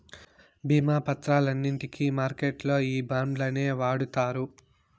భీమా పత్రాలన్నింటికి మార్కెట్లల్లో ఈ బాండ్లనే వాడుతారు